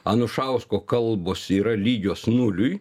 anušausko kalbos yra lygios nuliui